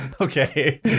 okay